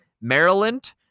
Maryland